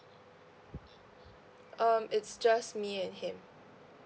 um it's just me and him